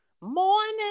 morning